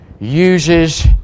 uses